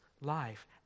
life